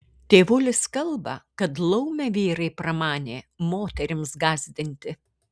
tėvulis kalba kad laumę vyrai pramanė moterims gąsdinti